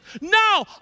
No